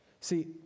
See